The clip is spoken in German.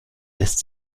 lässt